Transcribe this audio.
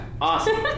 Awesome